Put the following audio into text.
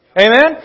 Amen